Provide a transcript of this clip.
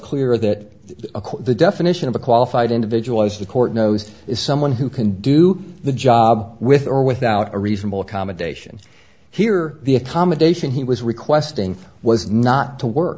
clear that the definition of a qualified individual as the court knows is someone who can do the job with or without a reasonable accommodation here the accommodation he was requesting was not to work